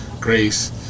Grace